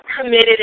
committed